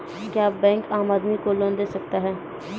क्या बैंक आम आदमी को लोन दे सकता हैं?